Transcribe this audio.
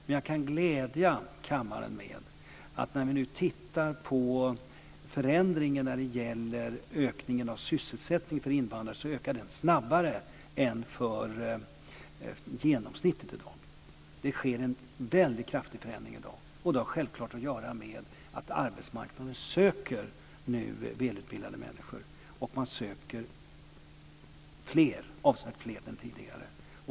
Men jag kan glädja kammaren med att det, när det gäller förändringen i fråga om sysselsättningen för invandrare, är en snabbare ökning än för genomsnittet i dag. Det sker en kraftig förändring i dag. Det har självklart att göra med att arbetsmarknaden nu söker välutbildade människor, och man söker avsevärt fler än tidigare.